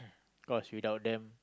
cause without them